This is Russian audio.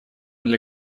для